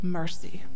mercy